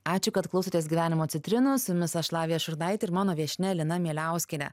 ačiū kad klausotės gyvenimo citrinų su jumis aš lavija šurnaitė ir mano viešnia lina mieliauskienė